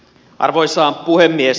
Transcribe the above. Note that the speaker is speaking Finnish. arvoisa puhemies